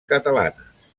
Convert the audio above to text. catalanes